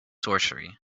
sorcery